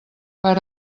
per